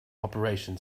operation